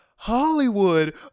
Hollywood